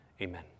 amen